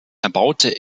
erbaute